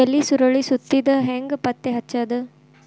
ಎಲಿ ಸುರಳಿ ಸುತ್ತಿದ್ ಹೆಂಗ್ ಪತ್ತೆ ಹಚ್ಚದ?